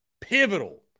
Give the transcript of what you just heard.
Pivotal